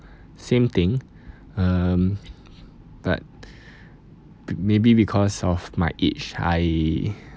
same thing um but maybe because of my age I